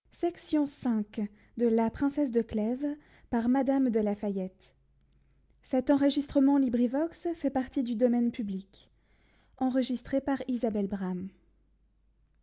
of la princesse de